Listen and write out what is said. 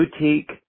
boutique